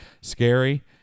scary